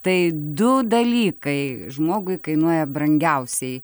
tai du dalykai žmogui kainuoja brangiausiai